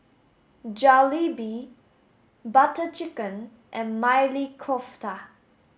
Jalebi Butter Chicken and Maili Kofta